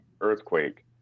earthquake